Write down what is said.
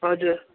हजुर